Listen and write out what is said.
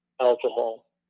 alcohol